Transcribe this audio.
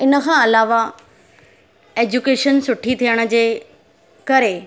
इनखां अलावा एज्युकेशन सुठी थियण जे करे